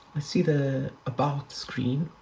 let's see the about screen.